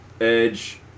Edge